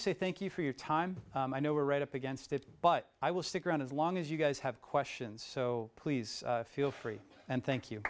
to say thank you for your time and i know we're right up against it but i will stick around as long as you guys have questions so please feel free and thank you